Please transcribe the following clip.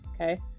okay